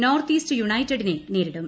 north east യുണൈറ്റഡിനെ നേരിടും